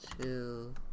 two